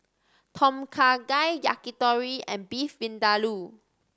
Tom Kha Gai Yakitori and Beef Vindaloo